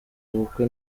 ubukwe